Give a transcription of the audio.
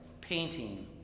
painting